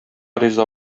риза